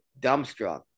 dumbstruck